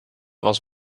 was